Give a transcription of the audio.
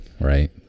right